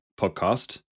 podcast